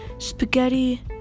Spaghetti